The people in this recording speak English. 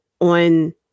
on